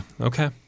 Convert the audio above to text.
Okay